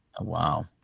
Wow